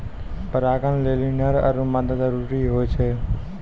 परागण लेलि नर आरु मादा जरूरी होय छै